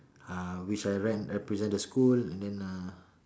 uh which I ran represent the school and then uh